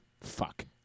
Fuck